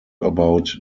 about